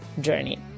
journey